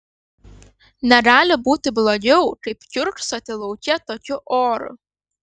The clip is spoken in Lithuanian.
negali būti blogiau kaip kiurksoti lauke tokiu oru